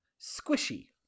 Squishy